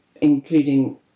including